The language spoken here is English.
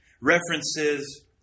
references